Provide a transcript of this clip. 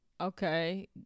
okay